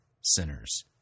sinners